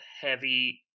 heavy